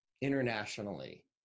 internationally